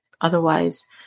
Otherwise